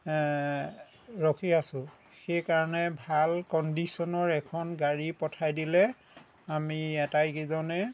ৰখি আছোঁ সেইকাৰণে ব ভাল কণ্ডিচনৰ এখন গাড়ী পঠাই দিলে আমি আটাইকেইজনে